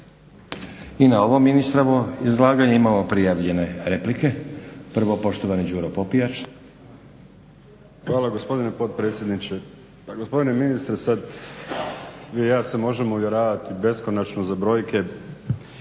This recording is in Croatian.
I na ovo ministrovo izlaganje imamo prijavljene replike. Prvo poštovani Đuro Popijač. **Popijač, Đuro (HDZ)** Hvala gospodine potpredsjedniče. Pa gospodine ministre sada se vi i ja možemo uvjeravati beskonačno za brojke,